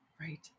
Right